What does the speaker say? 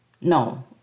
No